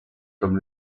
comme